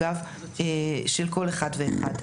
של כל אחד ואחד.